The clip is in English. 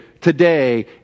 today